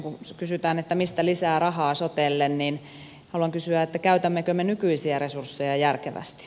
kun kysytään mistä lisää rahaa sotelle niin haluan kysyä käytämmekö me nykyisiä resursseja järkevästi